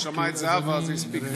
הוא שמע את זהבה אז זה הספיק לו.